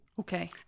Okay